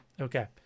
Okay